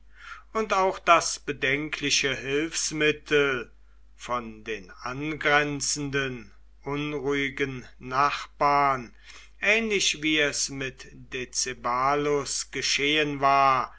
und auch das bedenkliche hilfsmittel von den angrenzenden unruhigen nachbarn ähnlich wie es mit decebalus geschehen war